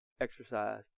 exercise